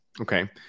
Okay